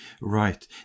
Right